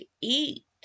eat